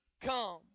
come